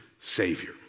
Savior